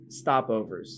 stopovers